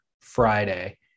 Friday